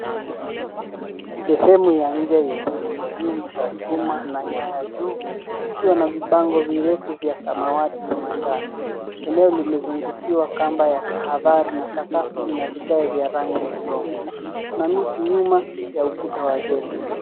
Sehemu ya nje yenye nguzo nyingi za chuma na nyaya juu, ikiwa na vibango virefu vya samawati na manjano. Eneo limezungushiwa kamba ya tahadhari na sakafu ina vigae vya udongo. Kuna miti nyuma ya ukuta wa zege.